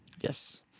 Yes